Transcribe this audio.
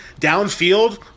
downfield